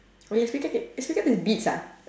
!wah! your speaker can your speaker is beats ah